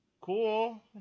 cool